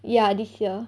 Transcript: ya this year